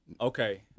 Okay